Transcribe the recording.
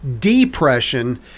depression